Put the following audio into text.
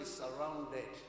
surrounded